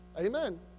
Amen